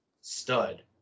stud